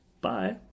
Bye